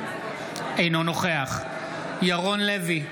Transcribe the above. אינו נוכח ירון לוי,